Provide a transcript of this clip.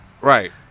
Right